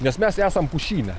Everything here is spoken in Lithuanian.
nes mes esam pušyne